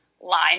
line